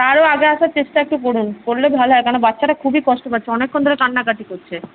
আরো আগে আসার চেষ্টা একটু করুন করলে ভালো হয় কারণ বাচ্চাটা খুবই কষ্ট পাচ্ছে অনেকক্ষন ধরে কান্নাকাটি করছে